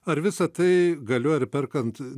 ar visa tai galioja ir perkant